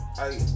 hey